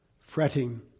fretting